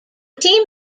team